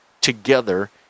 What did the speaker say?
together